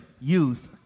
youth